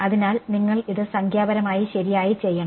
അതിനാൽ നിങ്ങൾ ഇത് സംഖ്യാപരമായി ശരിയായി ചെയ്യണം